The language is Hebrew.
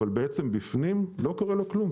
אבל בפנים לא קורה לו כלום,